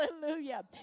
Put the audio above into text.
Hallelujah